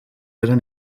eren